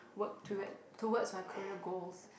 work to it towards my career goals